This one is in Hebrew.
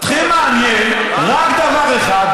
אתכם מעניין רק דבר אחד,